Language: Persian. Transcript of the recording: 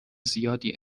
زیادی